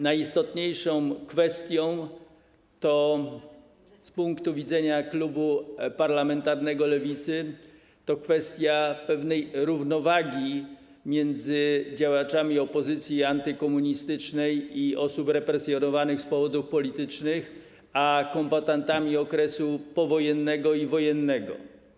Najistotniejszą kwestią z punktu widzenia klubu parlamentarnego Lewicy jest kwestia pewnej równowagi między działaczami opozycji antykomunistycznej i osób represjonowanych z powodów politycznych a kombatantami okresu powojennego i wojennego.